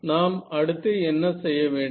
நம் அடுத்து என்ன செய்ய வேண்டும்